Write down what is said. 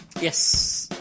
Yes